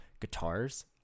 guitars